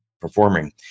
performing